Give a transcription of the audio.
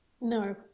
No